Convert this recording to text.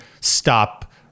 stop